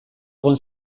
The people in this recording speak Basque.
egon